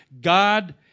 God